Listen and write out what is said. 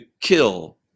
kill